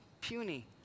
puny